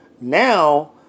Now